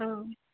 औ